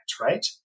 right